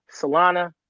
Solana